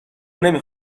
نمی